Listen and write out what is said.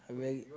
I very